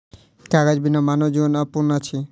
कागज बिना मानव जीवन अपूर्ण अछि